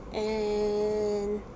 and